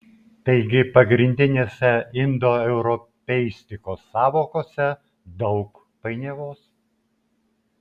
taigi pagrindinėse indoeuropeistikos sąvokose daug painiavos